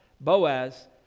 Boaz